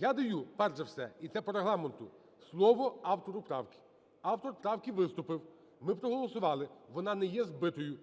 Я даю, перш за все, і це по Регламенту, слово автору правки. Автор правки виступив, ми проголосували, вона не є збитою.